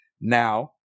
Now